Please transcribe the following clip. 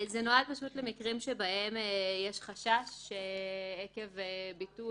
זה נועד למקרים שבהם יש חשש שעקב ביטול,